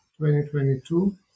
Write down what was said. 2022